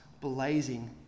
blazing